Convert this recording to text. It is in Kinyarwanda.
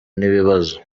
n’ibibazo